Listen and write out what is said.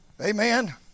Amen